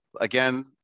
Again